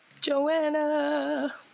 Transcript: Joanna